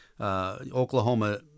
Oklahoma